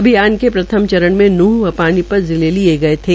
अभियान के प्रथम चरण में नृहं व पानीपत जिले लिये गये थे